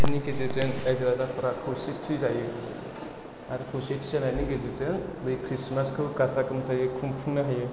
बिनि गेजेरजों रायजो राजाफ्रा खौसेथि जायो आर खौसेथि जानायनि गेजेरजों बै ख्रिसमासखौ गाजा गोमजायै खुंफुंनो हायो